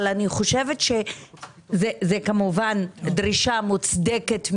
אני חושבת שזאת כמובן דרישה מוצדקת מאוד,